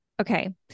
Okay